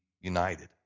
united